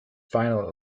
final